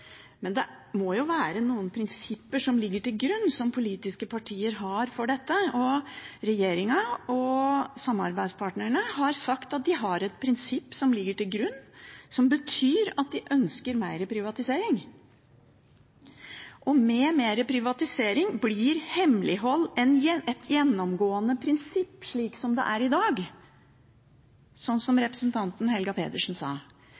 men de politiske partiene må jo ha noen prinsipper som ligger til grunn for dette. Regjeringen og samarbeidspartnerne har sagt at de har et prinsipp som ligger til grunn, som betyr at de ønsker mer privatisering, og med mer privatisering blir hemmelighold et gjennomgående prinsipp, slik det er i dag, som representanten Helga Pedersen sa.